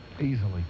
easily